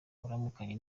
aramukanya